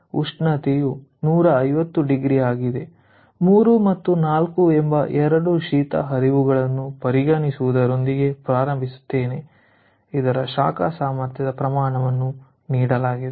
3 ಮತ್ತು 4 ಎಂಬ 2 ಶೀತ ಹರಿವುಗಳನ್ನು ಪರಿಗಣಿಸುವುದರೊಂದಿಗೆ ಪ್ರಾರಂಭಿಸುತ್ತೇನೆ ಇದರ ಶಾಖ ಸಾಮರ್ಥ್ಯದ ಪ್ರಮಾಣವನ್ನು ನೀಡಲಾಗಿವೆ